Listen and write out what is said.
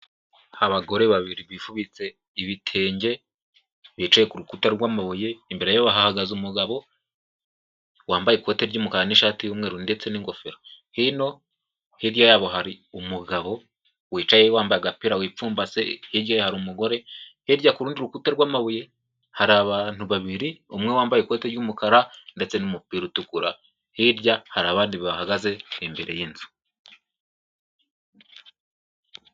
Abagore babiri bifubitse ibitenge bicaye ku rukuta rw'amabuye, imbere yabo hahagaze umugabo wambaye ikoti ry'umukara n'ishati y'umweru ndetse n'ingofero, hino hirya yabo hari umugabo wicaye wambaye agapira wipfumbase, hirya ye hari umugore, hirya ku rundi rukuta rw'amabuye hari abantu babiri, umwe wambaye ikoti ry'umukara ndetse n'umupira utukura, hirya hari abandi bahahagaze imbere y'inzu.